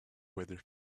whether